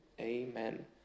Amen